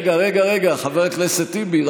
רגע, רגע, רגע, חבר הכנסת טיבי.